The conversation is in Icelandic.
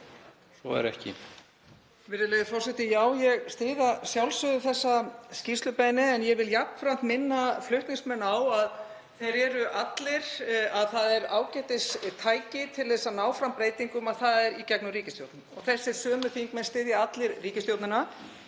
svo er ekki.